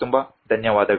ತುಂಬ ಧನ್ಯವಾದಗಳು